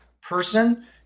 person